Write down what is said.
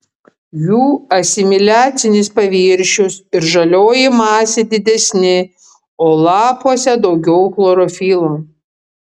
jų asimiliacinis paviršius ir žalioji masė didesni o lapuose daugiau chlorofilo